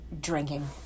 drinking